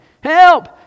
help